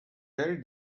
very